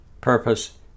Purpose